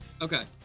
Okay